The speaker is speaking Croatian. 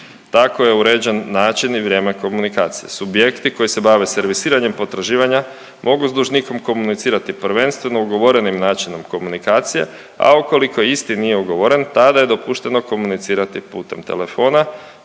Tako je uređen način i vrijeme komunikacije. Subjekti koji se bave servisiranjem potraživanja, mogu s dužnikom komunicirati prvenstveno ugovorenim načinom komunikacije, a ukoliko isti nije ugovoren, tada je dopušteno komunicirati putem telefona,